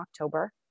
October